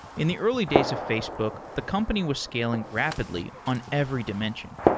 in the early days of facebook, the company was scaling rapid ly on every dimension.